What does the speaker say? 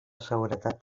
seguretat